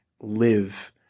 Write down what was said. live